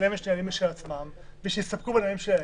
כי יש להם נהלים משל עצמם ואפשר להסתפק בהם.